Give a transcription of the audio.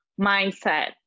mindset